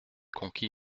conquis